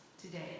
today